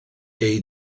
gei